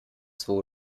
zwo